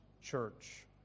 church